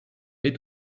est